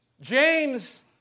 James